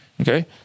Okay